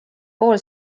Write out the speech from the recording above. pool